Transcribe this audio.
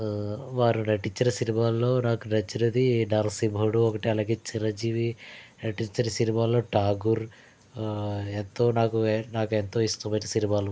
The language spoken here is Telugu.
వారు నటిచ్చిన సినిమాలలో నాకు నచ్చినది నరసింహుడు ఒకటి అలాగే చిరంజీవి నటించిన సినిమాలలో ఠాగూర్ ఎంతో నాకు నాకు ఎంతో ఇష్టమయిన సినిమాలు